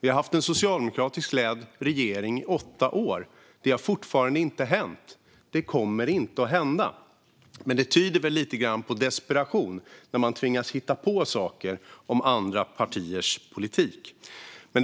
Vi har haft en socialdemokratiskt ledd regering i åtta år, och det har fortfarande inte hänt och det kommer inte att hända. Men det tyder väl lite grann på desperation när de tvingas hitta på saker om andra partiers politik. Men